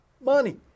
Money